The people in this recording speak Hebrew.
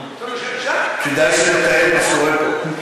כדאי שנתעד מה קורה פה.